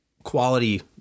Quality